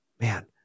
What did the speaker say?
man